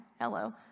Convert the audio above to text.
Hello